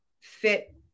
fit